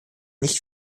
nicht